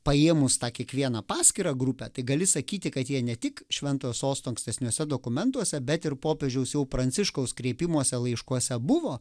paėmus tą kiekvieną paskirą grupę tai gali sakyti kad jie ne tik šventojo sosto ankstesniuose dokumentuose bet ir popiežiaus jau pranciškaus kreipimuose laiškuose buvo